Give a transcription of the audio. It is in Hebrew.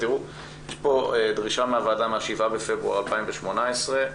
יש פה דרישה מהוועדה מה-7 בפברואר 2018,